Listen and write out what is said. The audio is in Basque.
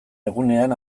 egunean